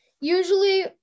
Usually